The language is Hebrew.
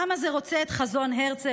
העם הזה רוצה את חזון הרצל,